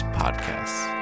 podcasts